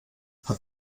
hat